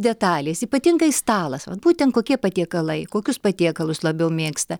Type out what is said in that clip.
detalės ypatingai stalas vat būtent kokie patiekalai kokius patiekalus labiau mėgsta